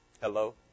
Hello